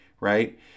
right